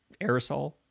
Aerosol